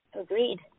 Agreed